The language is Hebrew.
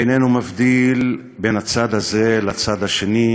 איננו מבדיל בין הצד הזה לצד האחר,